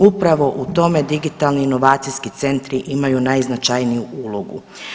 Upravo u tome digitalni inovacijski centri imaju najznačajniju ulogu.